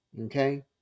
Okay